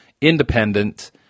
independent